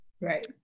Right